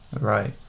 Right